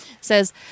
Says